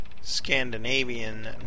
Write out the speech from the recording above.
Scandinavian